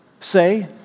say